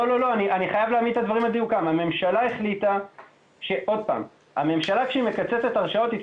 אני חייב להעמיד את הדברים על דיוקם: הממשלה כשהיא מקצצת הרשאות,